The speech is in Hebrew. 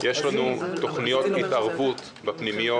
יש לנו תוכניות התערבות בפנימיות,